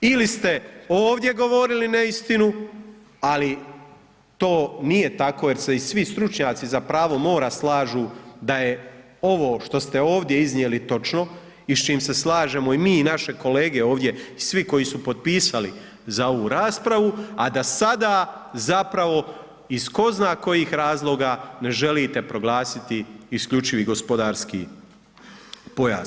Ili ste ovdje govorili neistinu, ali to nije tako jer se i svi stručnjaci za pravo mora slažu da je ovo što ste ovdje iznijeli točno i s čime se slažemo i mi i naše kolege ovdje i svi koji su potpisali za ovu raspravu, a da sada zapravo iz tko zna kojih razloga ne želite proglasiti isključivi gospodarski pojas.